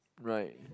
right